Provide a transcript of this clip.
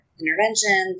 intervention